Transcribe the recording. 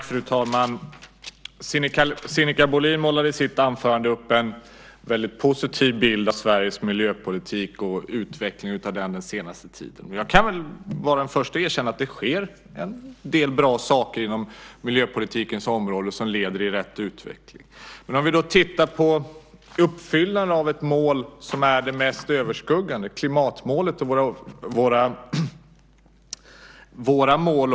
Fru talman! Sinikka Bohlin målar i sitt anförande upp en positiv bild av Sveriges miljöpolitik och utvecklingen av den den senaste tiden. Jag är den första att erkänna att det sker en del bra saker inom miljöpolitikens områden som leder i rätt riktning. Låt oss titta på uppfyllandet av det mest överskuggande målet, nämligen klimatmålet.